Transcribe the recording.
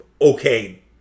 okay